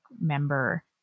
member